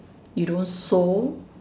you don't sew